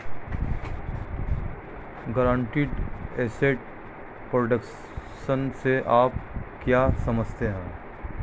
Guaranteed asset protection से आप क्या समझते हैं?